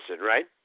right